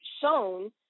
shown